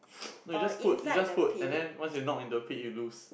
no you just put you just put and then once you knock into the pit you lose